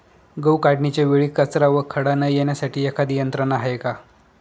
गहू काढणीच्या वेळी कचरा व खडा न येण्यासाठी एखादी यंत्रणा आहे का?